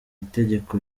tegeko